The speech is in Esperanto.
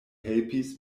helpis